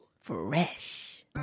fresh